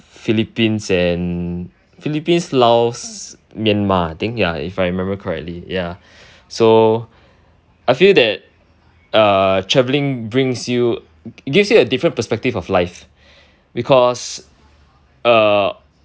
Philippines and Philippines Laos Myanmar I think ya if I remember correctly ya so I feel that uh travelling brings you gives you a different perspective of life because uh